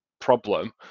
problem